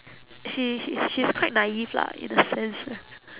she she she is quite naive lah in a sense